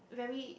very